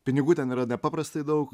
pinigų ten yra nepaprastai daug